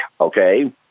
Okay